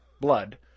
blood